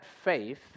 Faith